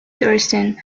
thurston